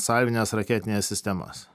salvines raketines sistemas